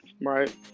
right